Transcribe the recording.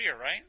right